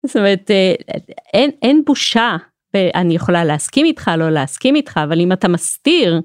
זאת אומרת, אין בושה, ואני יכולה להסכים איתך לא להסכים איתך אבל אם אתה מסתיר